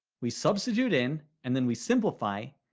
we substitute in, and then we simplify,